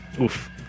Oof